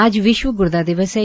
आज विश्व ग्र्दा दिवस है